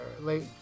late